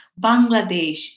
Bangladesh